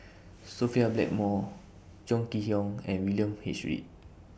Sophia Blackmore Chong Kee Hiong and William H Read